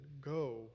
go